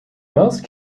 most